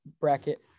bracket